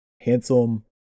handsome